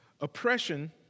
oppression